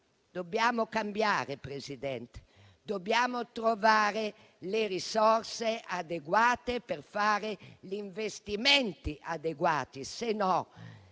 Dobbiamo cambiare, signor Presidente, e trovare le risorse adeguate per fare gli investimenti adeguati,